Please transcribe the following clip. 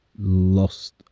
Lost